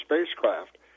spacecraft